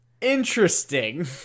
Interesting